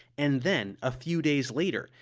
and then, a few days later,